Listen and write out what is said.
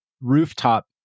rooftop